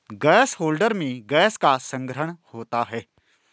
gas holder में gas का संग्रहण होता है